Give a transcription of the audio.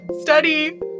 study